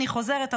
אני חוזרת,